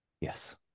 Yes